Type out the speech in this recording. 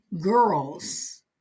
girls